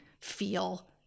feel